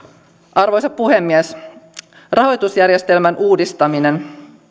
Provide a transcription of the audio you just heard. arvoisa puhemies rahoitusjärjestelmän uudistaminen